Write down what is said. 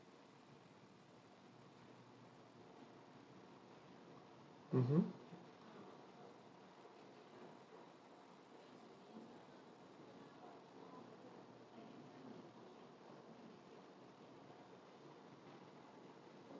mmhmm